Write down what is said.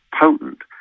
potent